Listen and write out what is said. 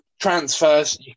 transfers